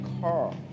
car